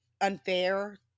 unfair